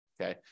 Okay